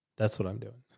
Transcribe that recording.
that's what i'm doing.